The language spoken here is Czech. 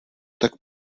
tak